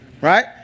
Right